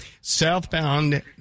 Southbound